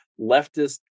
leftist